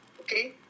okay